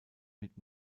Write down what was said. mit